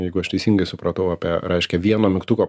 jeigu aš teisingai supratau apie reiškia vieno mygtuko